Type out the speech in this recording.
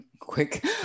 quick